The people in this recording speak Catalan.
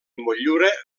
motllura